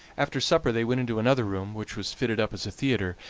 after supper they went into another room, which was fitted up as a theatre,